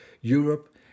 Europe